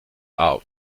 out